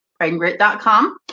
prideandgrit.com